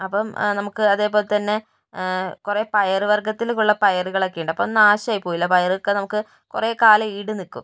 അപ്പോൾ നമുക്ക് അതേപോലെതന്നെ കുറേ പയർ വർഗ്ഗത്തിലേയ്ക്കുള്ള പയറുകളൊക്കെയുണ്ട് അപ്പോൾ നാശമായി പോവില്ല പയറൊക്കെ നമുക്ക് കുറേക്കാലം ഈട് നിൽക്കും